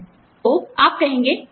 तो आप कहेंगे ठीक है